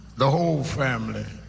the whole family